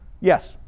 Yes